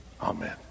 Amen